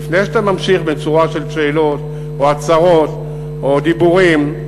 לפני שאתה ממשיך בשורה של שאלות או הצהרות או דיבורים,